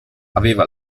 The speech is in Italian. aveva